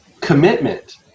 commitment